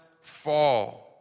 fall